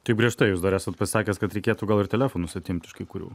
tai prieš tai jūs dar esat pasisakęs kad reikėtų gal ir telefonus atimti iš kai kurių